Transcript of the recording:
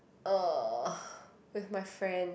uh with my friend